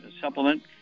supplement